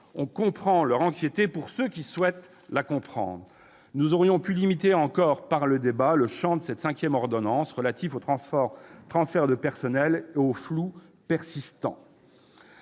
On comprend leur anxiété, pour peu qu'on veuille bien la comprendre ! Nous aurions pu limiter encore, par le débat, le champ de cette cinquième ordonnance relative au transfert de personnels et au flou persistant.